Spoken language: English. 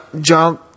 John